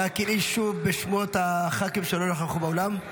אנא קראי שוב בשמות הח"כים שלא נכחו באולם.